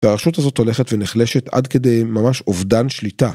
והרשות הזאת הולכת ונחלשת עד כדי ממש אובדן שליטה.